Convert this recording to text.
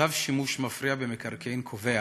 צו שימוש מפריע במקרקעין קובע